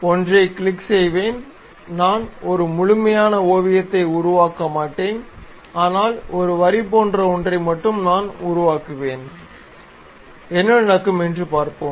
ஒன்றைக் கிளிக் செய்வேன் நான் ஒரு முழுமையான ஓவியத்தை உருவாக்க மாட்டேன் ஆனால் ஒரு வரி போன்ற ஒன்றை மட்டும் நாம் உருவாக்குவேன் என்ன நடக்கும் என்று பார்ப்போம்